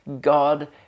God